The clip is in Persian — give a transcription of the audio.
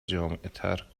جامعتر